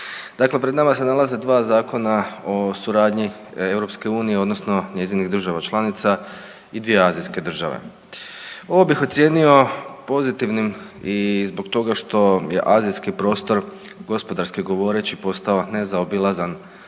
Dakle pred nama se nalaze dva zakona o suradnji EU odnosno njezinih država članica i dvije azijske države. Ovo bih ocijenio pozitivnim i zbog toga što je azijski prostor gospodarski govoreći, postao nezaobilazan